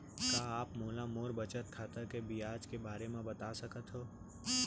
का आप मोला मोर बचत खाता के ब्याज के बारे म बता सकता हव?